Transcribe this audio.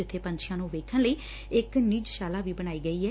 ਜਿੱਬੇ ਪੰਛੀਆ ਨੰ ਵੇਖਣ ਲਈ ਇਕ ਨੀਝਸ਼ਾਲਾ ਵੀ ਬਣਾਈ ਗਈ ਐ